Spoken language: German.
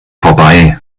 vorbei